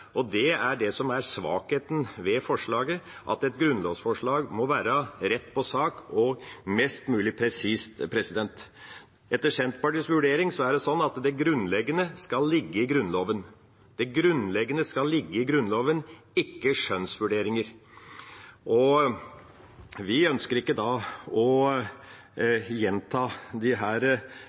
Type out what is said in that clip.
er svakheten ved forslaget. Et grunnlovsforslag må være rett på sak og mest mulig presist. Etter Senterpartiets vurdering er det slik at det grunnleggende skal ligge i Grunnloven, ikke skjønnsvurderinger. Vi ønsker ikke å gjenta det som SV gjør; vi presiserer hva som ligger «i det norske fellesskapet». Kjernen er, som sagt, at de